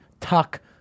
tuck